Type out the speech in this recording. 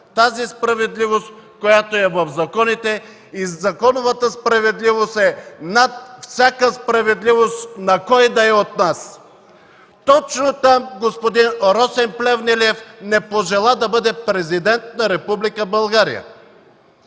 правила, която е в законите, и законовата справедливост е над всяка справедливост на когото и да е от нас. Точно там господин Росен Плевнелиев не пожела да бъде президент на Република България.